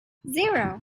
zero